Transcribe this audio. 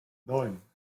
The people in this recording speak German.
neun